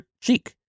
cheek